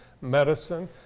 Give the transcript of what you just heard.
medicine